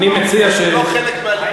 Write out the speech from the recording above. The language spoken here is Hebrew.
אני מציע, הוא לא חלק מהליכוד.